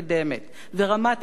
ורמת החיים עולה,